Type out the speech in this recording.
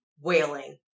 wailing